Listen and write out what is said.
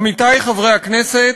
עמיתי חברי הכנסת,